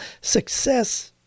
success